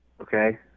okay